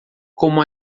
como